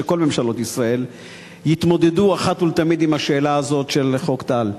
שכל ממשלות ישראל יתמודדו אחת ולתמיד עם השאלה הזאת של חוק טל.